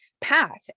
path